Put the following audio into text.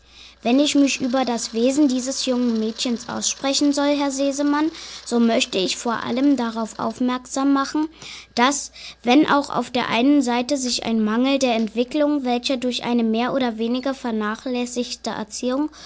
wenn ich mich über das wesen dieses jungen mädchens aussprechen soll herr sesemann so möchte ich vor allem darauf aufmerksam machen dass wenn auch auf der einen seite sich ein mangel der entwicklung welcher durch eine mehr oder weniger vernachlässigte erziehung